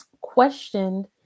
questioned